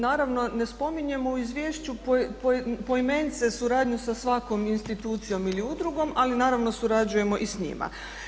Naravno ne spominjemo u izvješću poimence suradnju sa svakom institucijom ili udrugom, ali naravno surađujemo i s njima.